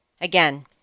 Again